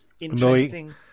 interesting